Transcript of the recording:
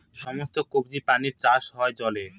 সমস্ত কবজি প্রাণীর চাষ হয় জলে